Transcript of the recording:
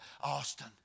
Austin